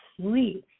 please